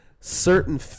certain